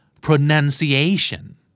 pronunciation